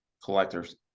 collectors